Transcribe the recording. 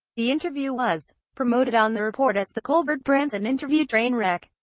the interview was promoted on the report as the colbert-branson interview trainwreck.